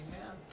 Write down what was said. Amen